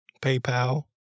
PayPal